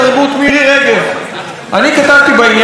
אני כתבתי בעניין הזה ליועץ המשפטי לממשלה,